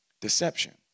deception